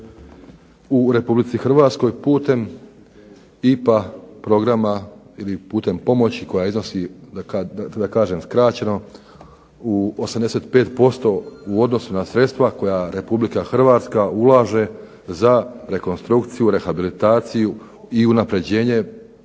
u RH putem IPA programa ili putem pomoći koja iznosi, da kažem skraćeno, 85% u odnosu na sredstva koja RH ulaže za rekonstrukciju, rehabilitaciju i unapređenje